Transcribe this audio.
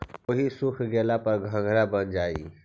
ओहि सूख गेला पर घंघरा बन जा हई